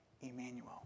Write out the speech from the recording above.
Emmanuel